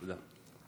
תודה.